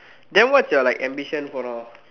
then what's your like ambition for now